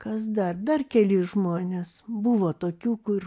kas dar dar keli žmonės buvo tokių kur